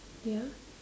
ya